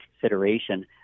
consideration